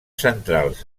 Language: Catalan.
centrals